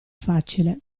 facile